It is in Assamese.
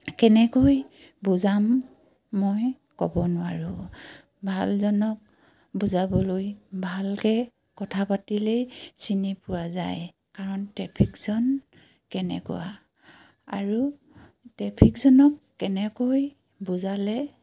কেনেকৈ বুজাম মই ক'ব নোৱাৰোঁ ভালজনক বুজাবলৈ ভালকৈ কথা পাতিলেই চিনি পোৱা যায় কাৰণ ট্ৰেফিকজন কেনেকুৱা আৰু ট্ৰেফিকজনক কেনেকৈ বুজালে